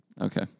Okay